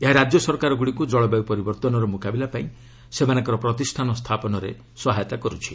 ଏହା ରାଜ୍ୟ ସରକାରଗୁଡ଼ିକୁ ଜଳବାୟୁ ପରିବର୍ତ୍ତନର ମୁକାବିଲା ପାଇଁ ସେମାନଙ୍କର ପ୍ରତିଷାନ ସ୍ଥାପନରେ ସହାୟତା କରୁଛି